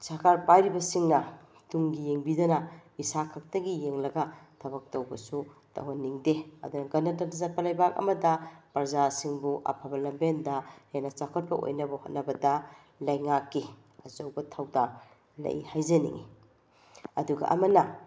ꯁꯔꯀꯥꯔ ꯄꯥꯏꯔꯤꯕꯁꯤꯡꯅ ꯇꯨꯡꯒꯤ ꯌꯦꯡꯕꯤꯗꯅ ꯏꯁꯥ ꯈꯛꯇꯒꯤ ꯌꯦꯡꯂꯒ ꯊꯕꯛ ꯇꯧꯕꯁꯨ ꯇꯧꯍꯟꯅꯤꯡꯗꯦ ꯑꯗꯨꯅ ꯒꯅꯇꯟꯇ꯭ꯔ ꯆꯠꯄ ꯂꯩꯕꯥꯛ ꯑꯃꯗ ꯄ꯭ꯔꯖꯥꯁꯤꯡꯕꯨ ꯑꯐꯕ ꯂꯝꯕꯦꯟꯗ ꯍꯦꯟꯅ ꯆꯥꯎꯈꯠꯄ ꯑꯣꯏꯅꯕ ꯍꯣꯠꯅꯕꯗ ꯂꯩꯉꯥꯛꯀꯤ ꯑꯆꯧꯕ ꯊꯧꯗꯥꯡ ꯂꯩ ꯍꯥꯏꯖꯅꯤꯡꯉꯤ ꯑꯗꯨꯒ ꯑꯃꯅ